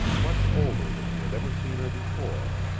much older than he had ever seen her before,